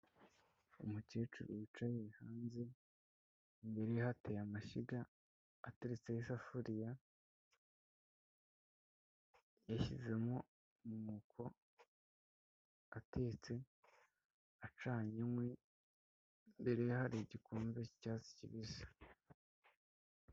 Umukecuru wicaye hanze, imbere hateye amashyiga atetse isafuriya yashyizemo umwuko atetse acanye inkwi imbere hari igikombe k'icyatsi kibisi.